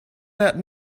that